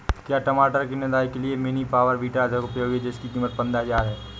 क्या टमाटर की निदाई के लिए मिनी पावर वीडर अधिक उपयोगी है जिसकी कीमत पंद्रह हजार है?